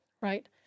right